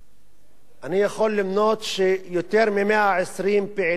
אני יכול למנות יותר מ-120 פעילים של בל"ד